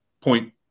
point